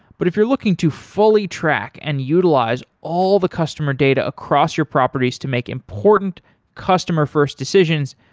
but if you're looking to fully track and utilize all the customer data across your properties to make important customer-first decisions,